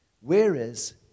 Whereas